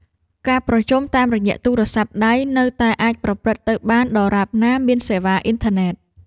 ការប្រជុំតាមរយៈទូរស័ព្ទដៃ នៅតែអាចប្រព្រឹត្តទៅបានដរាបណាមានសេវាអ៊ីនធឺណិត។